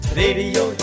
radio